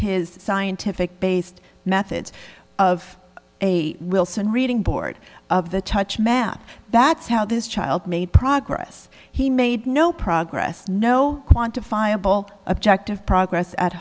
his scientific based methods of a wilson reading board of the touch map that's how this child made progress he made no progress no quantifiable objective progress at